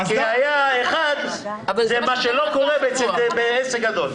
זה מה שלא קורה בעסק גדול.